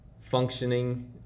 functioning